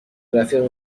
رفیق